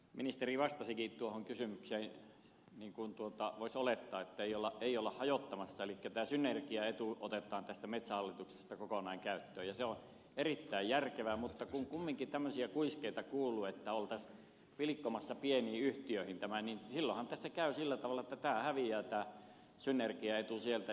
ministeri vastasikin tuohon kysymykseen niin kuin voisi olettaa ettei olla hajottamassa elikkä tämä synergiaetu otetaan tästä metsähallituksesta kokonaan käyttöön ja se on erittäin järkevää mutta kun kumminkin tämmöisiä kuiskeita kuuluu että oltaisiin pilkkomassa pieniin yhtiöihin tämä niin silloinhan tässä käy sillä tavalla että tämä synergiaetu häviää sieltä